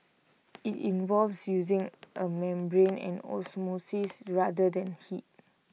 IT involves using A membrane and osmosis rather than heat